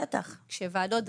כשוועדות דנות,